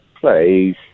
Please